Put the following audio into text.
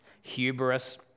hubris